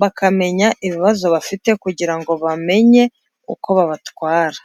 bakamenya ibibazo bafite kugira ngo bamenye uko babatwara.